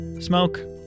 smoke